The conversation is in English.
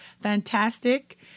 Fantastic